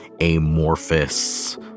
amorphous